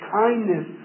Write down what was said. kindness